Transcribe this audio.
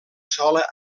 sola